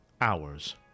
Hours